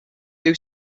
new